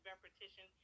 Repetition